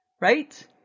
Right